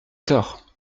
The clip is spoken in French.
tort